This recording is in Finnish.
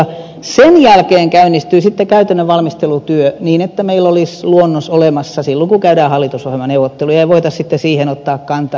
sen jälkeen käynnistyy sitten käytännön valmistelutyö niin että meillä olisi luonnos olemassa silloin kun käydään hallitusohjelmaneuvotteluja ja voitaisiin sitten siihen ottaa kantaa